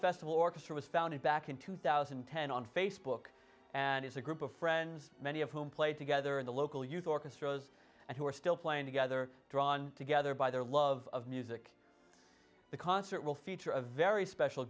festival orchestra was founded back in two thousand and ten on facebook and is a group of friends many of whom played together in the local youth orchestras and who are still playing together drawn together by their love of music the concert will feature a very special